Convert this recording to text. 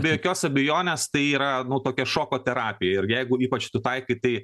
be jokios abejonės tai yra nu tokia šoko terapija ir jeigu ypač tu taikai tai